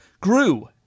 grew